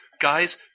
guys